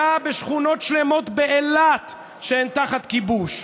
בשכונות שלמות באילת שהן תחת כיבוש?